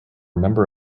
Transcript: number